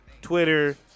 Twitter